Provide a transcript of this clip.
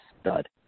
stud